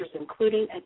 including